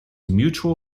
mutual